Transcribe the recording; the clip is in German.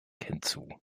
hinzu